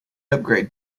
upgrade